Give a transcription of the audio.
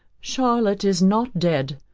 charlotte is not dead.